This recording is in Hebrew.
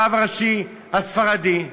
הרב הראשי הספרדי.